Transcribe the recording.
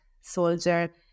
soldier